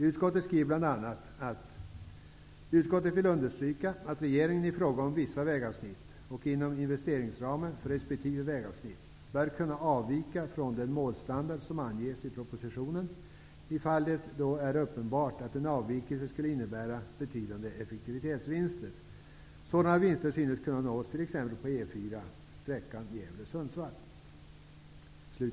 Utskottet skriver bl.a. följande: ''Utskottet vill understryka att regeringen i fråga om vissa vägavsnitt, och inom investeringsramen för resp. vägavsnitt, bör kunna avvika från den målstandard som anges i propositionen, i fall det då är uppenbart att en avvikelse skulle innebära betydande effektivitetsvinster. Sådana vinster synes kunna nås t.ex. på E 4, sträckan Gävle--Sundsvall.''